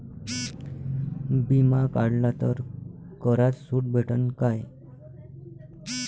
बिमा काढला तर करात सूट भेटन काय?